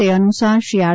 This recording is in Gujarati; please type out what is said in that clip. તે અનુસાર શ્રી આર